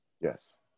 Yes